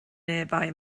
nearby